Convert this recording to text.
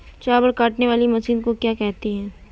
चावल काटने वाली मशीन को क्या कहते हैं?